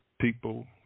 people